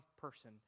person